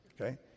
Okay